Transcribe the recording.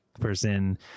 person